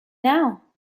now